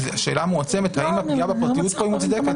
השאלה מועצמת, האם הפגיעה בפרטיות מוצדקת.